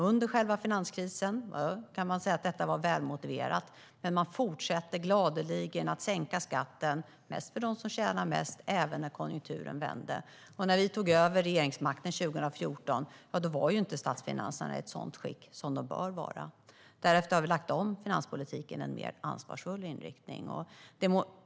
Under själva finanskrisen var detta välmotiverat, men man fortsatte gladeligen att sänka skatten, mest för dem som tjänade mest, även när konjunkturen vände. När vi tog över regeringsmakten 2014 var inte statsfinanserna i ett sådant skick som de bör vara. Därefter har vi lagt om finanspolitiken i en mer ansvarsfull riktning.